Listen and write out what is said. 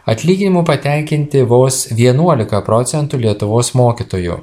atlyginimu patenkinti vos vienuolika procentų lietuvos mokytojų